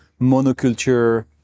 monoculture